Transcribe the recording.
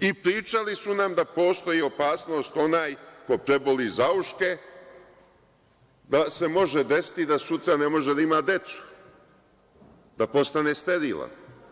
i pričali su nam da postoji opasnost, onaj ko preboli zauške da se može desiti da sutra ne može da ima decu, da postane sterilan.